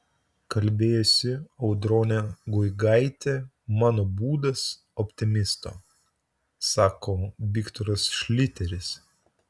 kalbėjosi audronė guigaitė mano būdas optimisto sako viktoras šliteris